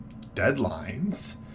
deadlines